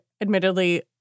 admittedly